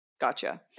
gotcha